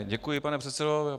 Děkuji, pane předsedo.